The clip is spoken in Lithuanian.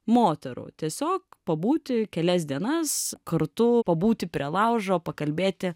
moterų tiesiog pabūti kelias dienas kartu pabūti prie laužo pakalbėti